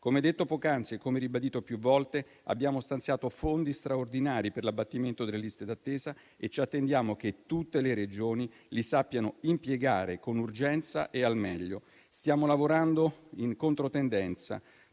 Come detto poc'anzi e come ribadito più volte, abbiamo stanziato fondi straordinari per l'abbattimento delle liste d'attesa e ci attendiamo che tutte le Regioni li sappiano impiegare con urgenza e al meglio. Stiamo lavorando in controtendenza.